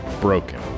broken